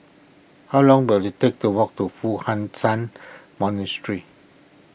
how long will it take to walk to Foo Hai Ch'an Monastery